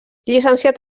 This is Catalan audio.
llicenciat